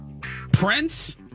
Prince